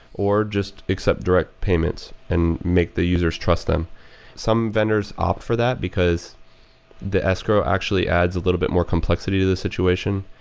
or just accept direct payments and make the users trust them some vendors opt for that, because the escrow actually adds a little bit more complexity to the situation.